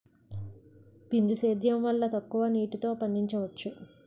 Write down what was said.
బిందు సేద్యం వల్ల తక్కువ నీటితో పండించవచ్చు